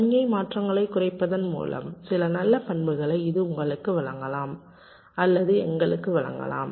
சமிக்ஞை மாற்றங்களைக் குறைப்பதன் மூலம் சில நல்ல பண்புகளை இது உங்களுக்கு வழங்கலாம் அல்லது எங்களுக்கு வழங்கலாம்